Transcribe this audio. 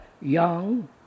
young